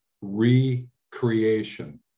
recreation